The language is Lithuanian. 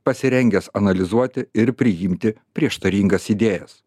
pasirengęs analizuoti ir priimti prieštaringas idėjas